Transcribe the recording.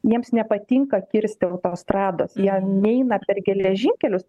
jiems nepatinka kirsti autostrados jie neina per geležinkelius